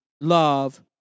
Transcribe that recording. Love